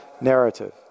narrative